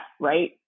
right